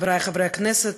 חברי חברי הכנסת,